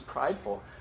prideful